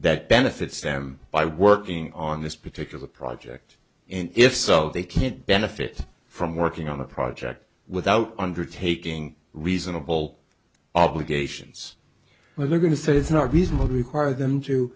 that benefits them by working on this particular project and if so they can't benefit from working on a project without undertaking reasonable obligations where they're going to say it's not reasonable to require them to